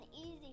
easy